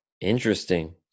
Interesting